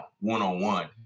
one-on-one